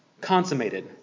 consummated